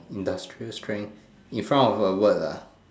industrial strength in front of a word ah